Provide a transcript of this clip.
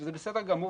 וזה בסדר גמור,